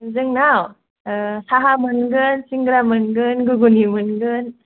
जोंनाव साहा मोनगोन सिंग्रा मोनगोन गुगुनि मोनगोन